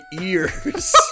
ears